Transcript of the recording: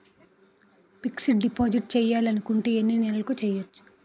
Fixed deposit చేయాలి అనుకుంటే ఎన్నే నెలలకు చేయొచ్చు?